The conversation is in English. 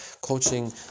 coaching